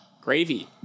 gravy